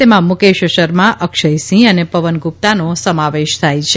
તેમાં મુકેશ શર્મા અક્ષયસિંહ અને પવન ગુપ્તાનો સમાવેશ થાય છે